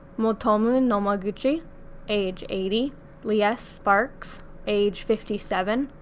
motomu nomaguchi age eighty liese sparks age fifty seven,